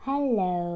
Hello